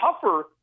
tougher